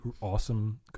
awesome